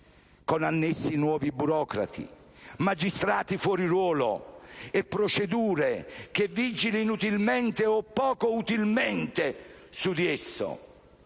con annessi nuovi burocrati, magistrati fuori ruolo, e procedure che vigilino inutilmente o poco utilmente sul